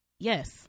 Yes